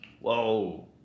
whoa